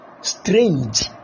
strange